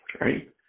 Right